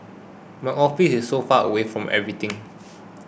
my office is so far away from everything